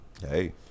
Hey